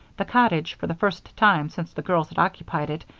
the cottage, for the first time since the girls had occupied it,